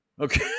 Okay